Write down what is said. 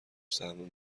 سهم